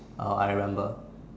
uh I remember